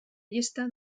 llista